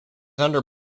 under